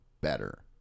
better